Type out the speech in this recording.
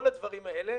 כל הדברים האלה